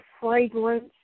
fragrance